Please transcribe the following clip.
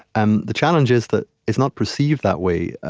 um the challenge is that it's not perceived that way,